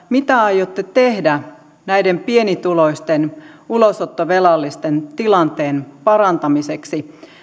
mitä aiotte tehdä näiden pienituloisten ulosottovelallisten tilanteen parantamiseksi